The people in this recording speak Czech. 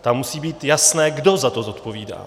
Tam musí být jasné, kdo za to zodpovídá.